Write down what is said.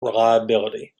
reliability